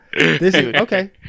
Okay